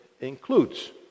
includes